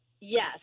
Yes